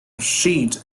sheet